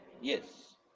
Yes